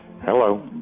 Hello